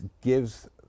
gives